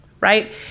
right